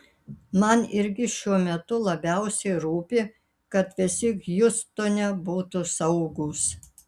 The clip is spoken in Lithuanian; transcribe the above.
man irgi šiuo metu labiausiai rūpi kad visi hjustone būtų saugūs